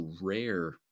rare